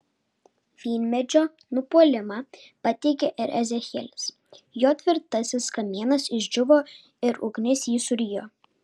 vynmedžio nupuolimą pateikia ir ezechielis jo tvirtasis kamienas išdžiūvo ir ugnis jį surijo